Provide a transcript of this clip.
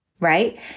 right